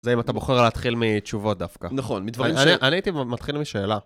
זה אם אתה בוחר להתחיל מתשובות דווקא. נכון, מדברים ש... אני הייתי מתחיל משאלה.